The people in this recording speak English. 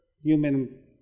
human